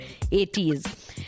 80s